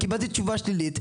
קיבלתי תשובה שלילית,